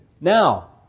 Now